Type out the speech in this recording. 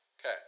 Okay